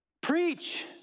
Preach